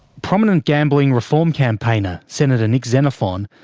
prominent gambling reform campaigner, senator nick xenophon,